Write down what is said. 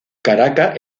caracas